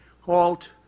halt